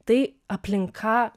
tai aplink ką